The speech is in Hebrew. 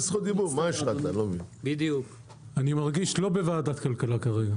אני מרגיש לא בוועדת כלכלה כרגע.